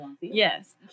yes